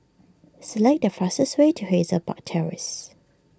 select the fastest way to Hazel Park Terrace